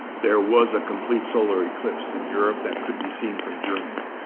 there was a complete solar eclipse in europe that could be seen from germany.